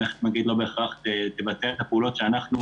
המערכת הבנקאית לא בהכרח תבצע את הפעולות שאנחנו